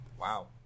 Wow